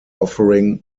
offering